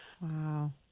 Wow